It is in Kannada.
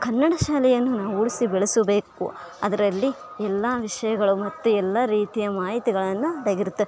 ಕನ್ನಡ ಶಾಲೆಯನ್ನು ನಾವು ಉಳಿಸಿ ಬೆಳೆಸುಬೇಕು ಅದರಲ್ಲಿ ಎಲ್ಲಾ ವಿಷಯಗಳು ಮತ್ತು ಎಲ್ಲ ರೀತಿಯ ಮಾಹಿತಿಗಳನ್ನು ತೆಗೆದಿರುತ್ತೆ